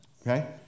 Okay